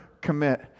commit